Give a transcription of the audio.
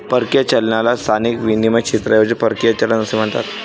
परकीय चलनाला स्थानिक विनिमय क्षेत्राऐवजी परकीय चलन असे म्हणतात